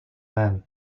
then